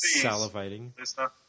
salivating